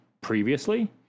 previously